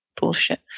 bullshit